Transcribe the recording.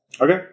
Okay